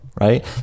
right